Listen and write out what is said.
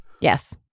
Yes